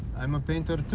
i'm a painter,